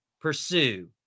pursue